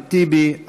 אחמד טיבי,